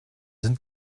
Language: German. sind